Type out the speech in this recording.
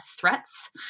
threats